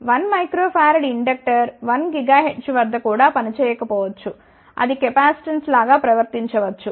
1 uH inductor 1 GHz వద్ద కూడా పనిచేయకపోవచ్చు అది కెపాసిటెన్స్ లాగా ప్రవర్తించవచ్చు